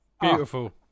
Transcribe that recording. beautiful